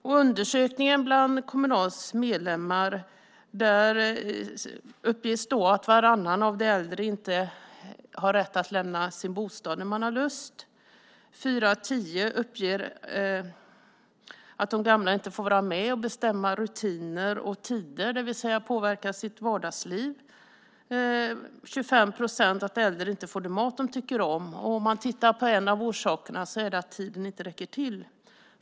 I undersökningen bland Kommunals medlemmar uppges att varannan av de äldre inte har rätt att lämna sin bostad när de har lust. Fyra av tio uppger att de gamla inte får vara med och bestämma rutiner och tider, det vill säga påverka sitt vardagsliv. 25 procent uppger att äldre inte får den mat de tycker om. Man kan titta på en av orsakerna. Det är att tiden inte räcker till.